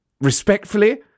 respectfully